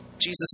Jesus